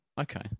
Okay